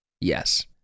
yes